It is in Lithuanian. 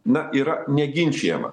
na yra neginčijama